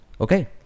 okay